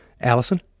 Allison